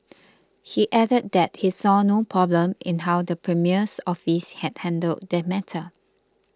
he added that he saw no problem in how the premier's office had handled the matter